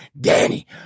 Danny